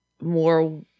more